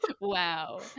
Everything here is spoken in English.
Wow